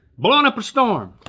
blowin' up a storm.